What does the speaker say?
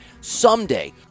someday